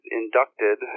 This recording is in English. inducted